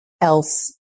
else